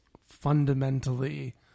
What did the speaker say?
fundamentally